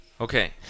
Okay